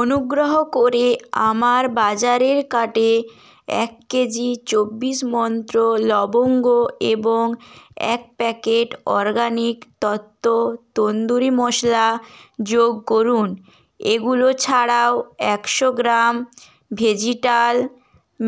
অনুগ্রহ করে আমার বাজারের কার্টে এক কেজি চব্বিশ মন্ত্র লবঙ্গ এবং এক প্যাকেট অর্গ্যাানিক তত্ত্ব তন্দুরি মশলা যোগ করুন এগুলো ছাড়াও একশো গ্রাম ভেজিটাল